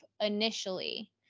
initially